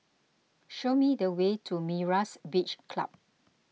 show me the way to Myra's Beach Club